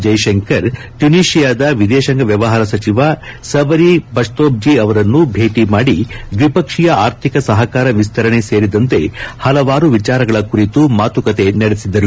ಜೈಶಂಕರ್ ಟ್ಯುನೀಷಿಯಾದ ವಿದೇಶಾಂಗ ವ್ಯವಹಾರ ಸಚಿವ ಸಬರಿ ಬಚ್ತೋಲ್ಲಿ ಅವರನ್ನು ಭೇಟಿ ಮಾಡಿ ದ್ವಿಪಕ್ಷೀಯ ಆರ್ಥಿಕ ಸಹಕಾರ ವಿಸ್ತರಣೆ ಸೇರಿದಂತೆ ಹಲವಾರು ವಿಚಾರಗಳ ಕುರಿತು ಮಾತುಕತೆ ನಡೆಸಿದರು